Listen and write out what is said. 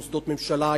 מוסדות ממשלה,